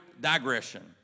digression